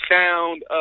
sound